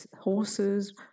horses